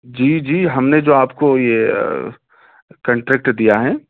جی جی ہم نے جو آپ کو یہ کانٹریکٹ دیا ہے